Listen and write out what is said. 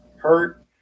hurt